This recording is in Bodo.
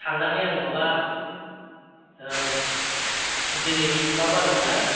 थांनानै आं माबा औ दिनै मा बार मोनलाय